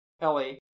Ellie